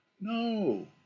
No